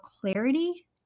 clarity